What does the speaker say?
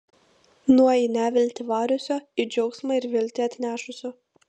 nuo į neviltį variusio į džiaugsmą ir viltį atnešusio